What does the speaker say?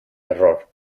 error